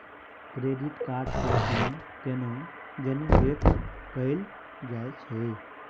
Credit card के PIN केना generate कैल जाए छै?